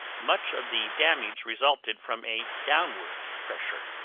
much of the damage resulted from a downward pressure.